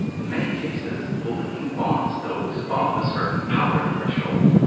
in many cases. bullying bonds those above a certain power-threshold.